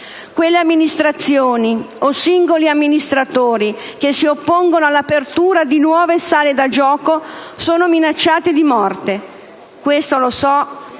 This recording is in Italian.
Quelle amministrazioni o singoli amministratori che si oppongono all'apertura di nuove sale da gioco sono minacciati di morte. Questo lo so